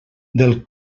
del